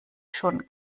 schon